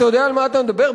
אתה יודע על מה אתה מדבר?